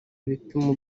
ibipimo